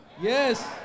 Yes